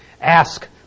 ask